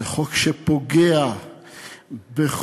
זה